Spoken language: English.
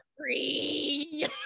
free